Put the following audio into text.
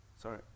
Sorry